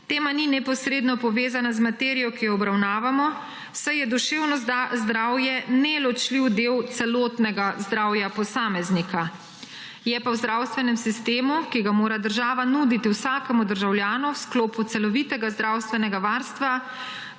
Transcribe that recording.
Tema ni neposredno povezana z materijo, ki jo obravnavamo, saj je duševno zdravje neločljiv del celotnega zdravja posameznika. Je pa v zdravstvenem sistemu, ki ga mora država nuditi vsakemu državljanu v sklopu celovitega zdravstvenega varstva,